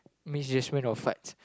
misjudgement of farts